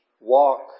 Walk